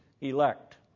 elect